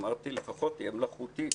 אמרתי, לפחות תהיה מלאכותית.